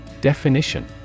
Definition